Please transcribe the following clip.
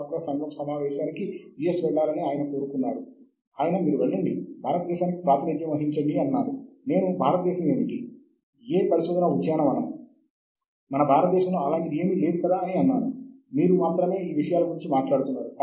ఆపై ఆ సూచనలలో చూడండి వాటికి సంబంధించిన అంశములు ఏమిటి ఆపై పునరావృతమయ్యే సమయానికి తిరిగి వెళుతుంది